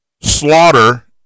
slaughter